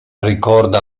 ricorda